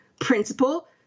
principle